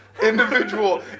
individual